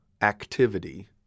activity